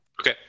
Okay